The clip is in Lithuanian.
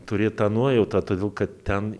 turėt tą nuojautą todėl kad ten